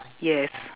yes